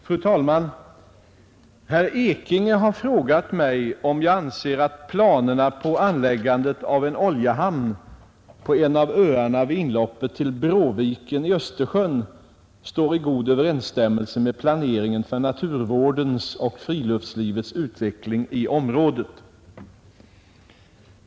Fru talman! Herr Ekinge har frågat mig om jag anser att planerna på anläggandet av en oljehamn på en av öarna vid inloppet till Bråviken i Östersjön står i god överensstämmelse med planeringen för naturvårdens och friluftslivets utveckling i området.